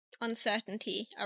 uncertainty